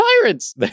tyrants